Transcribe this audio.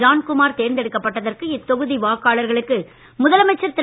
ஜான்குமாரை தேர்ந்தெடுக்கப்பட்டதற்கு இத்தொகுதி வாக்காளர்களுக்கு முதலமைச்சர் திரு